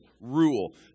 rule